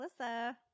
Alyssa